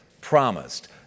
promised